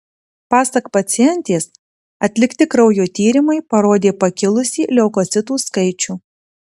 pasak pacientės atlikti kraujo tyrimai parodė pakilusį leukocitų skaičių